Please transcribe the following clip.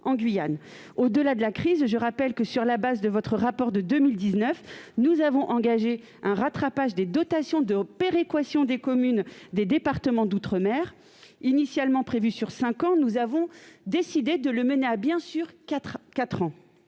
la Guyane. Au-delà de la crise, je rappelle que, sur le fondement de votre rapport de 2019, nous avons engagé un rattrapage des dotations de péréquation des communes des départements d'outre-mer : alors que celui-ci était initialement prévu sur cinq ans, nous avons décidé de le mener à bien en quatre ans.